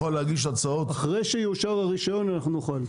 אחרי שיאושר הרישיון, אנחנו נוכל.